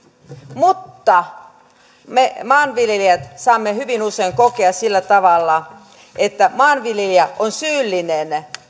mutta me maanviljelijät saamme hyvin usein kokea sillä tavalla että maanviljelijä on syyllinen